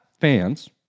fans